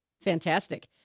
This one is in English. Fantastic